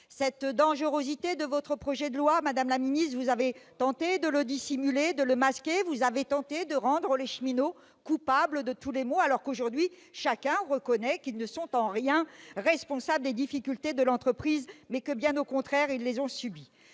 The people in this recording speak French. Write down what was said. Cette dangerosité de votre projet de loi, madame la ministre, vous avez tenté de la dissimuler, de la masquer. Vous avez tenté de rendre les cheminots coupables de tous les maux, alors que, aujourd'hui, chacun reconnaît qu'ils ne sont en rien responsables des difficultés de l'entreprise, et que, bien au contraire, ils les ont subies.